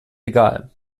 egal